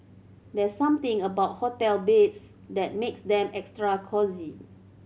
there's something about hotel beds that makes them extra cosy